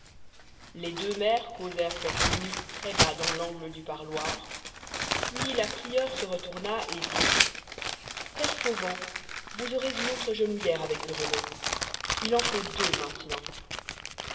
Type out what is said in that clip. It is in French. les deux mères causèrent quelques minutes très bas dans l'angle du parloir puis la prieure se retourna et dit père fauvent vous aurez une autre genouillère avec grelot il en faut deux maintenant